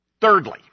Thirdly